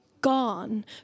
gone